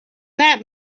that